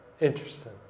Interesting